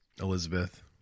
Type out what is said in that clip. Elizabeth